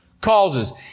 causes